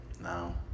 no